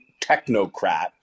technocrat